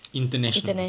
international